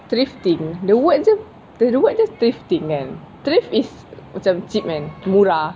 thrifting the word just the word just thrifting kan thrift is macam cheap murah